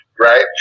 Right